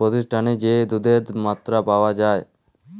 প্রতিষ্ঠালে যেই দুধের মাত্রা পাওয়া যাই